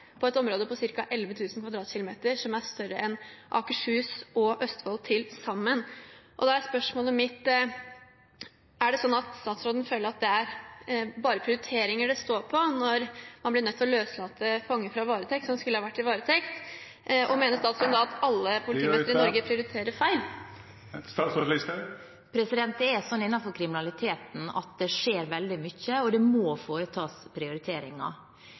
på et område på ca. 11 000 km 2 , noe som er større enn Akershus og Østfold til sammen. Da er spørsmålet mitt: Føler statsråden at det bare er prioriteringer det står på når man blir nødt til å løslate fanger som skulle vært i varetekt, fra varetekt, og mener statsråden at alle politidistrikter i Norge prioriterer feil? Innenfor kriminalitetsfeltet skjer det veldig mye, og det må foretas prioriteringer. Det som er bra nå, er at